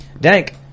Dank